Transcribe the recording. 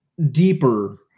deeper